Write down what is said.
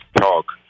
talk